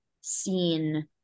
seen